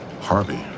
Harvey